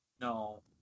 No